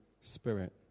Spirit